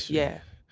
yeah.